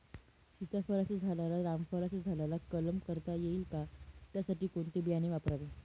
सीताफळाच्या झाडाला रामफळाच्या झाडाचा कलम करता येईल का, त्यासाठी कोणते बियाणे वापरावे?